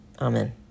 Amen